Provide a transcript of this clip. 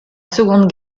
seconde